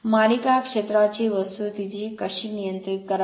मालिका क्षेत्राची वस्तुस्थिती कशी नियंत्रित करावी